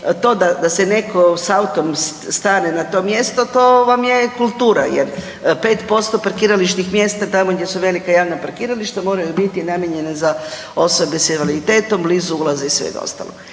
to da se netko s autom stane na to mjesto, to vam je kultura jer 5% parkirališnih mjesta tamo gdje su velika javna parkirališta moraju biti namijenjena za osobe s invaliditetom, blizu ulaza i svega